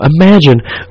Imagine